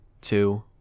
two